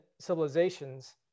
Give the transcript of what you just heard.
civilizations